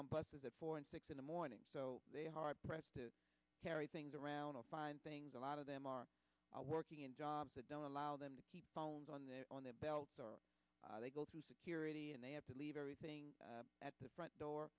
on buses at four and six in the morning so they are hard pressed to carry things around or find things a lot of them are working in jobs that don't allow them to keep phones on their on their belts or they go through security and they have to leave everything at the front door